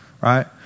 Right